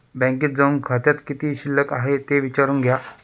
बँकेत जाऊन खात्यात किती शिल्लक आहे ते विचारून घ्या